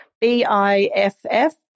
B-I-F-F